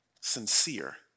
sincere